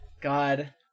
God